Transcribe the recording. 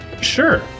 sure